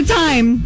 time